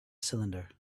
cylinder